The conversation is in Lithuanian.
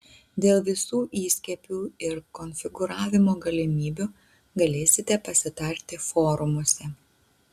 dėl visų įskiepių ir konfigūravimo galimybių galėsite pasitarti forumuose